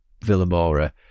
Villamora